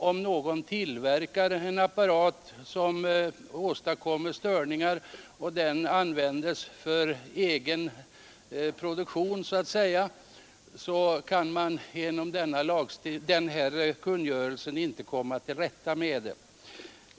Om någon tillverkar en apparat som orsakar störningar och använder den själv, kan man inte heller med stöd av denna kungörelse ingripa.